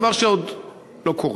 דבר שעוד לא קורה.